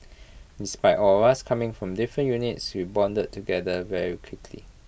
despite all of us coming from different units we bonded together very quickly